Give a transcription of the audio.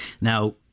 Now